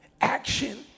Action